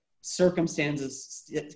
circumstances